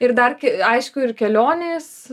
ir dar kai aišku ir kelionės